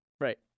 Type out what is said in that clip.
Right